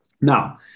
Now